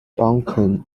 duncan